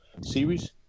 series